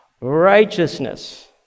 Righteousness